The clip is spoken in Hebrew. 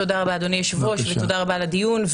תודה רבה, אדוני היושב-ראש, ותודה רבה על הדיון.